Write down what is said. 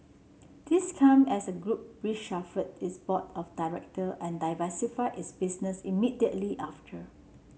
this come as the group reshuffled its board of director and diversified its business immediately after